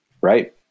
right